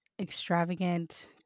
extravagant